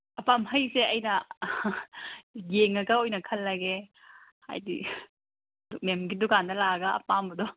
ꯍꯩꯁꯦ ꯑꯩꯅ ꯌꯦꯡꯉꯒ ꯑꯣꯏꯅ ꯈꯜꯂꯒꯦ ꯍꯥꯏꯗꯤ ꯃꯦꯝꯒꯤ ꯗꯨꯀꯥꯟꯗ ꯂꯥꯛꯑꯒ ꯑꯄꯥꯝꯕꯗꯣ